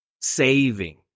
saving